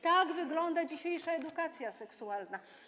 Tak wygląda dzisiejsza edukacja seksualna.